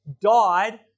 died